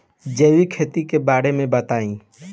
जैविक खेती के बारे में बताइ